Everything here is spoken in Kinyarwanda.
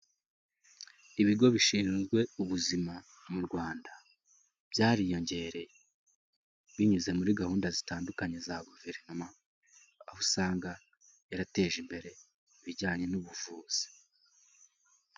Ibigo bishinzwe ubuzima mu Rwanda byariyongereye, binyuze muri gahunda zitandukanye za guverinoma, aho usanga yarateje imbere ibijyanye n'ubuvuzi.